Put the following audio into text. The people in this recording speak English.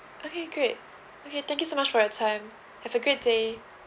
okay great okay thank you so much for your time have a good day